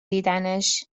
دیدنش